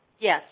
yes